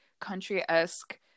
country-esque